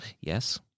Yes